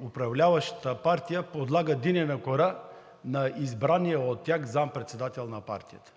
управляващата партия подлага динена кора на избрания от тях заместник-председател на парламента.